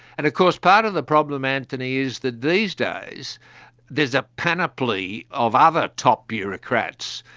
and of course part of the problem, antony, is that these days there is a panoply of other top bureaucrats,